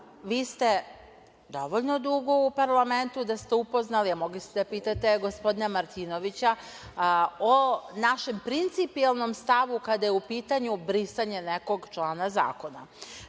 vi ste dovoljno dugo u parlamentu da ste upoznati, a mogli ste da pitate gospodina Martinovića, sa našim principijelnim stavom kada je u pitanju brisanje nekog člana zakona. Vi